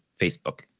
facebook